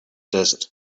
desert